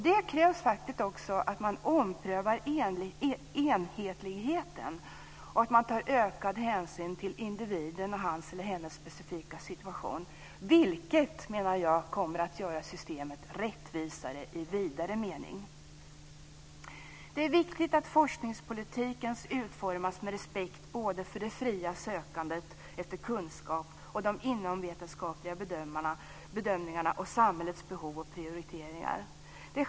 Det krävs faktiskt också att man omprövar enhetligheten och att ökad hänsyn tas till individen och till hans eller hennes specifika situation. Det menar jag kommer att göra systemet rättvisare i en vidare mening. Det är viktigt att forskningspolitiken utformas med respekt för det fria sökandet efter kunskap, de inomvetenskapliga bedömningarna och samhällets behov och prioriteringar.